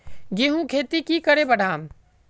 गेंहू खेती की करे बढ़ाम?